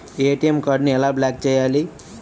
ATM కార్డుని ఎలా block చేయాలి?